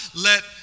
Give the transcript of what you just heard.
let